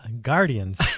Guardians